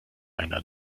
einer